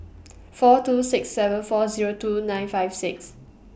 four two six seven four Zero two nine five six